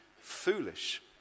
foolish